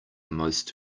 most